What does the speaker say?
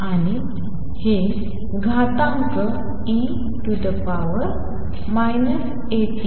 आणि हे घातांक e At